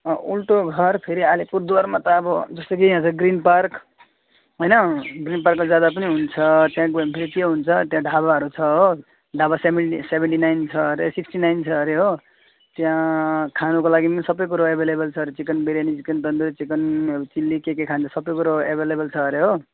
अँ उल्टो घर फेरि अलिपुरद्वारमा त अब जस्तो कि यहाँ छ ग्रिन पार्क होइन ग्रिन पार्कमा जाँदा पनि हुन्छ त्यहाँ गयो भने फेरि के हुन्छ त्यहाँ ढाबाहरू छ हो ढाबा सेभेन्टी सेभेन्टी नाइन छ अरे सिक्सटी नाइन छ अरे हो त्यहाँ खानुको लागि पनि सबै कुरो एभाइलेबल छ अरे chicken biryani chicken tandoori chicken chilli के के खान्छ सबै कुरो एभाइलेबल छ अरे हो